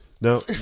Now